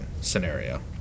scenario